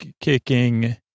kicking